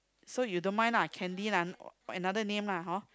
so you don't mind lah Candy lah another name lah hor